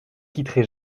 quitterai